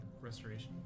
restoration